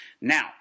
Now